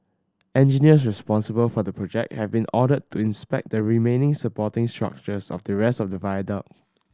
engineers responsible for the project have been ordered to inspect the remaining supporting structures of the rest of the viaduct